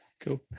cool